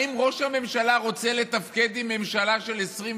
האם ראש הממשלה רוצה לתפקד עם ממשלה של 26?